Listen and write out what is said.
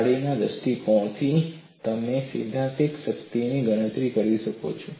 જાળીના દૃષ્ટિકોણથી તમે સૈદ્ધાંતિક શક્તિની ગણતરી કરી શકો છો